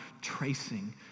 tracing